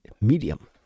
medium